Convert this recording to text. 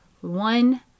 one